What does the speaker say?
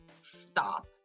stop